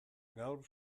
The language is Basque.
gaur